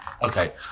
Okay